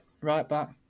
right-back